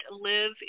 live